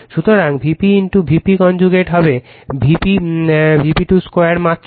সুতরাং Vp Vp conjugate হবে Vp2 2 মাত্রা